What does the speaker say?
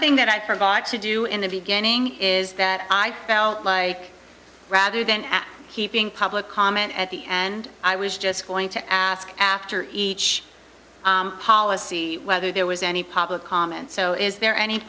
thing that i provide to do in the beginning is that i felt like rather than at keeping public comment at the and i was just going to ask after each policy whether there was any public comment so is there any